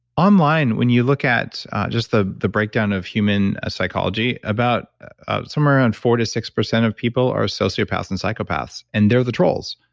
online, when you look at just the the breakdown of human psychology about somewhere around four percent to six percent of people are sociopaths and psychopaths and they're the trolls.